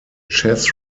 chess